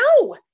No